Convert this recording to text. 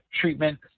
treatment